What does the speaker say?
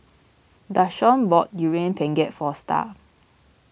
Dashawn bought Durian Pengat for Star